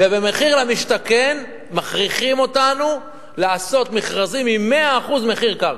ובמחיר למשתכן מכריחים אותנו לעשות מכרזים עם 100% מחיר קרקע.